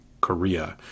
Korea